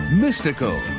mystical